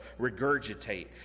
regurgitate